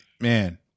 man